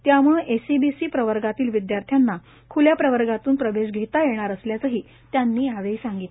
त्यामुळं एसईबीसी प्रवर्गातील विदयार्थ्यांना खुला प्रवर्गातून प्रवेश घेता येणार असल्याचही त्यांनी यावेळी सांगितलं